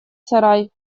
сарай